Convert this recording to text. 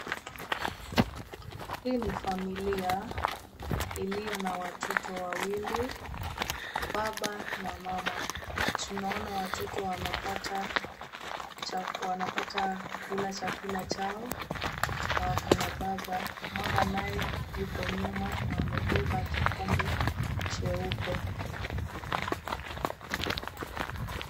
Hii ni familia iliyo na watoto wawili, baba na mama. Tunaona watoto wanapata kula chakula chao na wako na baba. Mama naye yuko nyuma na amebeba kikombe cheupe.